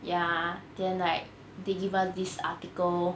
ya then like they give us this article